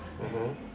mmhmm